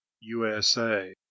USA